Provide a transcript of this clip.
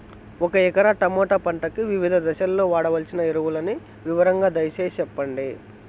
ఒక ఎకరా టమోటా పంటకు వివిధ దశల్లో వాడవలసిన ఎరువులని వివరంగా దయ సేసి చెప్పండి?